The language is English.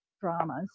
dramas